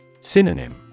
Synonym